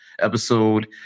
episode